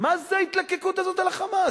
מה זו ההתלקקות הזאת אל ה"חמאס"?